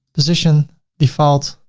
position default.